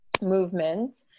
movement